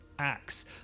acts